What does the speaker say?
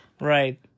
Right